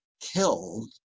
killed